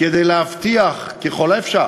כדי להבטיח ככל האפשר